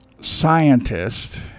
scientist